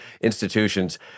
institutions